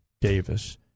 davis